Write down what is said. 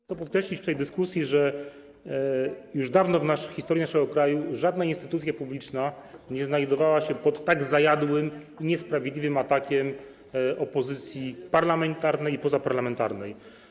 Chcę podkreślić w tej dyskusji, że już dawno w historii naszego kraju żadna instytucja publiczna nie znajdowała się pod tak zajadłym i niesprawiedliwym atakiem opozycji parlamentarnej i pozaparlamentarnej.